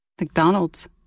McDonald's